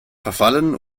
verfallen